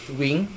wing